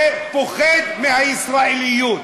ופוחד מהישראליות.